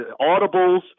audibles